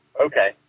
Okay